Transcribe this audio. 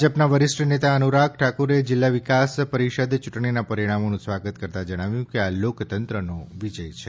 ભાજપના વરિષ્ઠ નેતા અનુરાગ ઠાકુરે જિલ્લા વિકાસ પરિષદ ચૂંટણીના પરિણામોનું સ્વાગત કરતાં જણાવ્યું કે આ લોકતંત્રનો વિજય છે